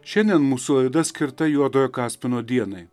šiandien mūsų laida skirta juodojo kaspino dienai